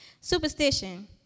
Superstition